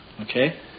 Okay